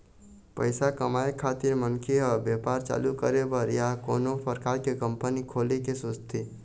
पइसा कमाए खातिर मनखे ह बेपार चालू करे बर या कोनो परकार के कंपनी खोले के सोचथे